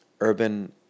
urban